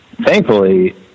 thankfully